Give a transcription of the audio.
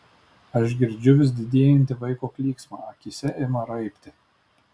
aš girdžiu vis didėjantį vaiko klyksmą akyse ima raibti